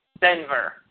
Denver